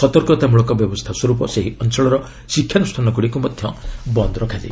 ସତର୍କତା ମୂଳକ ବ୍ୟବସ୍ଥା ସ୍ୱରୂପ ସେହି ଅଞ୍ଚଳର ଶିକ୍ଷାନୁଷ୍ଠାନଗୁଡ଼ିକୁ ମଧ୍ୟ ବନ୍ଦ ରଖାଯାଇଛି